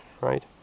right